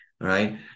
right